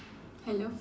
hello